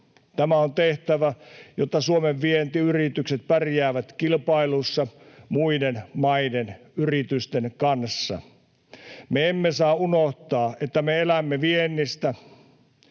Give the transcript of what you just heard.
Tämä on tehtävä, jotta Suomen vientiyritykset pärjäävät kilpailussa muiden maiden yritysten kanssa. Me emme saa unohtaa, että me elämme viennistä.